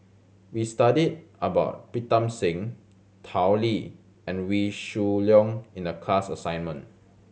we studied about Pritam Singh Tao Li and Wee Shoo Leong in the class assignment